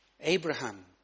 Abraham